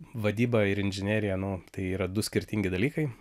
vadyba ir inžinerija nu tai yra du skirtingi dalykai